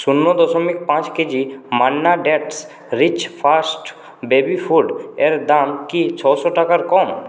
শূন্য দশমিক পাঁচ kg Manna dates rich first baby ফুডের দাম কি ছশো টাকার কম